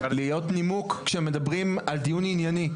להיות נימוק כשמדברים על דיון ענייני,